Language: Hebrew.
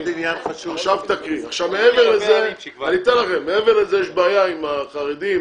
מעבר לזה, יש בעיה עם החרדים